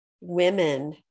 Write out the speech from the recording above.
women